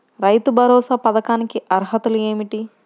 రైతు భరోసా పథకానికి అర్హతలు ఏమిటీ?